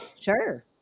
Sure